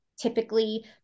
typically